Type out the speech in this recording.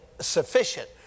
sufficient